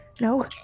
No